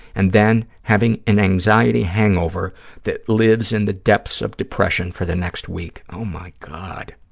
and then having an anxiety hangover that lives in the depths of depression for the next week. oh, my god.